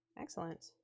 Excellent